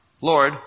Lord